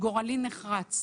גורלי נחרץ.